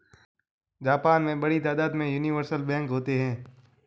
Japan में बड़ी तादाद में यूनिवर्सल बैंक होते हैं